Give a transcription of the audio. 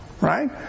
Right